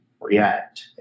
React